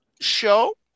show